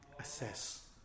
assess